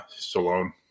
Stallone